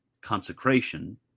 consecration